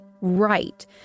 Right